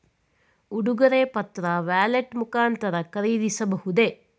ಉಡುಗೊರೆ ಪತ್ರ ವ್ಯಾಲೆಟ್ ಮುಖಾಂತರ ಖರೀದಿಸಬಹುದೇ?